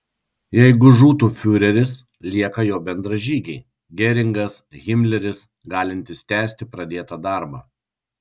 jeigu žūtų fiureris lieka jo bendražygiai geringas himleris galintys tęsti pradėtą darbą